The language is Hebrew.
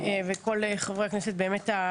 תודה רבה על קיום הדיון הזה ולכל חברי הכנסת המצטרפים.